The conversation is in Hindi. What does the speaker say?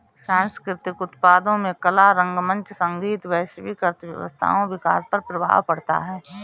सांस्कृतिक उत्पादों में कला रंगमंच संगीत वैश्विक अर्थव्यवस्थाओं विकास पर प्रभाव पड़ता है